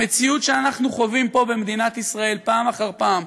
המציאות שאנחנו חווים פה במדינת ישראל פעם אחר פעם,